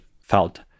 felt